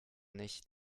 nicht